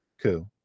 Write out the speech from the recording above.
coup